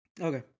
Okay